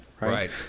Right